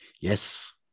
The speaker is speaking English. Yes